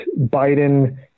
Biden